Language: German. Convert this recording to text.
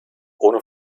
ohne